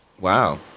Wow